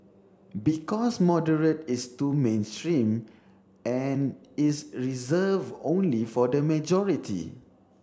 because moderate is too mainstream and is reserved only for the majority